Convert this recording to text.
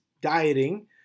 dieting